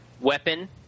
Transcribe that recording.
weapon